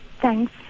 Thanks